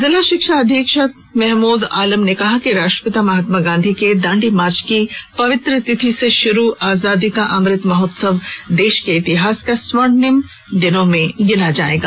जिला शिक्षा अधीक्षक महमूद आलम ने कहा कि राष्ट्रपिता महात्मा गांधी के दांडी मार्च की पवित्र तिथि से शुरू आजादी का अमृत महोत्सव देश के इतिहास का स्वर्णिम दिनों में गिना जाएगा